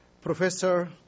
Professor